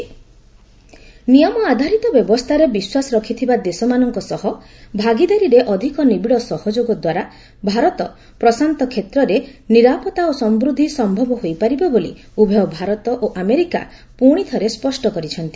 India US Rajnath ନିୟମ ଆଧାରିତ ବ୍ୟବସ୍ଥାରେ ବିଶ୍ୱାସ ରଖିଥିବା ଦେଶମାନଙ୍କ ସହ ଭାଗିଦାରୀରେ ଅଧିକ ନିବିଡ ସହଯୋଗ ଦ୍ୱାରା ଭାରତ ପ୍ରଶାନ୍ତ କ୍ଷେତ୍ରରେ ନିରାପତ୍ତା ଓ ସମୃଦ୍ଧି ସମ୍ଭବ ହୋଇପାରିବ ବୋଲି ଉଭୟ ଭାରତ ଓ ଆମେରିକା ପୁଣି ଥରେ ସ୍ୱଷ୍ଟ କରିଛନ୍ତି